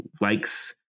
likes